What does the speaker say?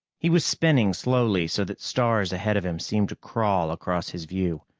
he was spinning slowly, so that stars ahead of him seemed to crawl across his view.